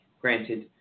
Granted